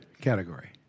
category